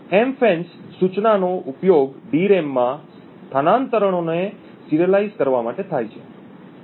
એમફેન્સ સૂચનાનો ઉપયોગ ડીરેમ માં સ્થાનાંતરણોને સિરીઅલાઈઝ કરવા માટે થાય છે